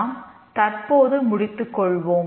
நாம் தற்போது முடித்துக் கொள்வோம்